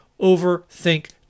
overthink